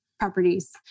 properties